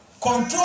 Control